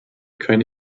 keine